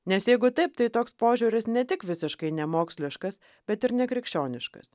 nes jeigu taip tai toks požiūris ne tik visiškai nemoksliškas bet ir nekrikščioniškas